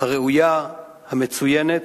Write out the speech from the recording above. הראויה המצוינת,